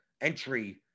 entry